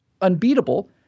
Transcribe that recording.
unbeatable